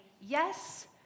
yes